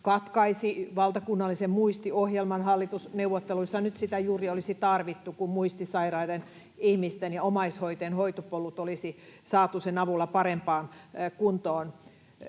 katkaisi valtakunnallisen muistiohjelman. Hallitusneuvotteluissa juuri nyt sitä olisi tarvittu, kun muistisairaiden ihmisten ja omaishoitajien hoitopolut olisi saatu sen avulla parempaan kuntoon.